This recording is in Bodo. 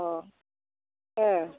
अह